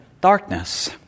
darkness